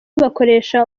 bakoresha